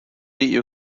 you